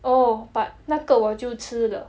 oh but 那个我就吃的